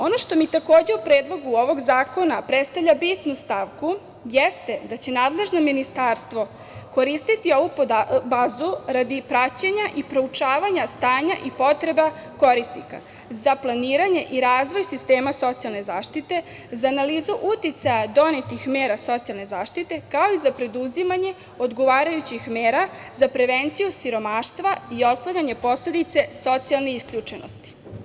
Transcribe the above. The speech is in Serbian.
Ono što mi takođe u Predlogu ovog zakona predstavlja bitnu stavku jeste da će nadležno ministarstvo koristiti ovu bazu radi praćenja i proučavanja stanja i potreba korisnika za planiranje i razvoj sistema socijalne zaštite, za analizu uticaja donetih mera socijalne zaštite, kao i za preduzimanje odgovarajućih mera za prevenciju siromaštva i otklanjanja posledica socijalne isključenosti.